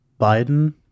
Biden